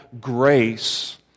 grace